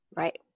Right